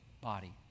body